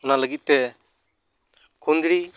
ᱚᱱᱟ ᱞᱟᱹᱜᱤᱫ ᱛᱮ ᱠᱷᱩᱫᱲᱤ